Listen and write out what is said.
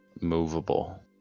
movable